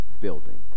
building